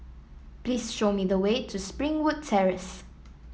please show me the way to Springwood Terrace